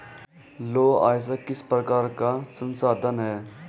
लौह अयस्क किस प्रकार का संसाधन है?